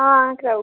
हां कराऊ